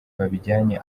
babijyana